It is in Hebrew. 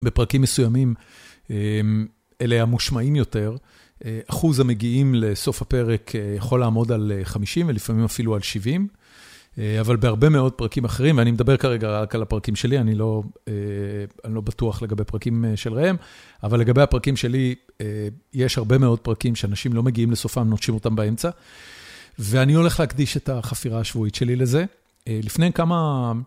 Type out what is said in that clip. בפרקים מסוימים, אלה המושמעים יותר, אחוז המגיעים לסוף הפרק יכול לעמוד על 50, ולפעמים אפילו על 70, אבל בהרבה מאוד פרקים אחרים, ואני מדבר כרגע רק על הפרקים שלי, אני לא, אני לא בטוח לגבי פרקים של רעיהם, אבל לגבי הפרקים שלי, יש הרבה מאוד פרקים שאנשים לא מגיעים לסופם, נוטשים אותם באמצע, ואני הולך להקדיש את החפירה השבועית שלי לזה. לפני כמה...